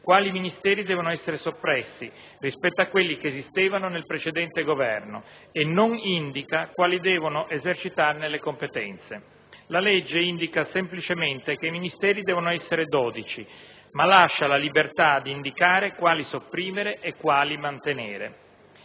quali Ministeri devono essere soppressi rispetto a quelli che esistevano nel precedente Governo e non indica quali devono esercitarne le competenze. La legge indica semplicemente che i Ministeri devono essere 12, ma lascia la libertà di indicare quali sopprimere e quali mantenere.